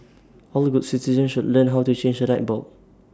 all good citizens should learn how to change A light bulb